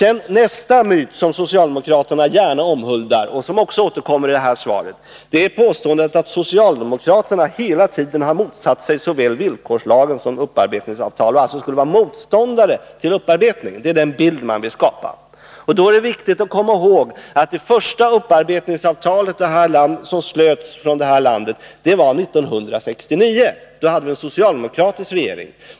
En annan myt, som socialdemokraterna gärna omhuldar och som också återkommer i svaret, är påståendet att socialdemokraterna hela tiden har motsatt sig såväl villkorslagen som upparbetningsavtal och att de alltså skulle vara motståndare till upparbetning. Det är den bild man vill skapa. Men då är det viktigt att komma ihåg att det första upparbetningsavtal som slöts i det här landet slöts 1969, då vi hade en socialdemokratisk regering.